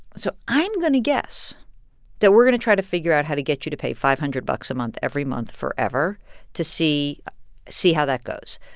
so i'm going to guess that we're going to try to figure out how to get you to pay five hundred bucks a month every month forever to see see how that goes.